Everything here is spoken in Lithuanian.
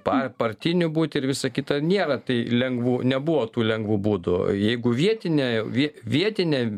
pa partiniu būt ir visa kita nėra tai lengvų nebuvo tų lengvų būdų jeigu vietine vie vietine